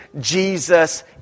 Jesus